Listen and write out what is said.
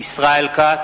ישראל כץ,